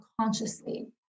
consciously